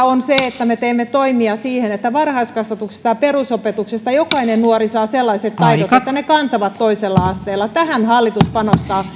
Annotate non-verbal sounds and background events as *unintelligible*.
*unintelligible* on se että me teemme toimia sen eteen että varhaiskasvatuksesta ja perusopetuksesta jokainen nuori saa sellaiset taidot että ne kantavat toisella asteella tähän hallitus panostaa